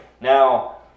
Now